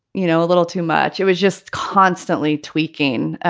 you know, a little too much. it was just constantly tweaking.